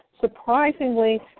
Surprisingly